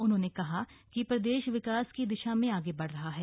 उन्होंने कहा कि प्रदेश विकास की दिशा में आगे बढ़ रहा है